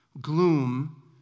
gloom